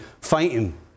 fighting